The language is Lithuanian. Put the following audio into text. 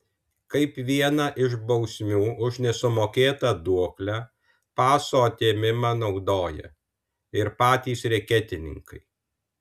kaip vieną iš bausmių už nesumokėtą duoklę paso atėmimą naudoja ir patys reketininkai